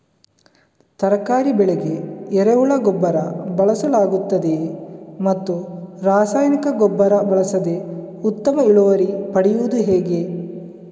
ತರಕಾರಿ ಬೆಳೆಗೆ ಎರೆಹುಳ ಗೊಬ್ಬರ ಬಳಸಲಾಗುತ್ತದೆಯೇ ಮತ್ತು ರಾಸಾಯನಿಕ ಗೊಬ್ಬರ ಬಳಸದೆ ಉತ್ತಮ ಇಳುವರಿ ಪಡೆಯುವುದು ಹೇಗೆ?